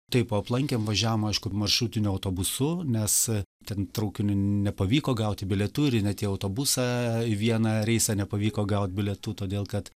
taip o aplankėm važiavom aišku maršrutiniu autobusu nes ten traukiniu nepavyko gauti bilietų ir net jau autobusą į vieną reisą nepavyko gaut bilietų todėl kad